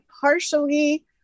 partially